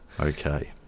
Okay